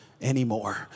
anymore